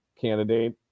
candidate